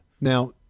Now